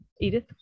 Edith